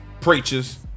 preachers